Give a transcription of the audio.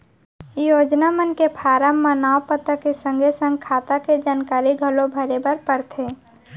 योजना मन के फारम म नांव, पता के संगे संग खाता के जानकारी घलौ भरे बर परथे